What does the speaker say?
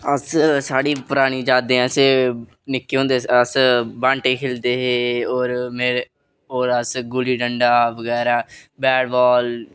अस साढ़ी परानी यादां असें निक्के होंदे अस बांह्टे खेह्लदे हे होर में होर अस गुल्ली डंडा बगैरा बैट बॉल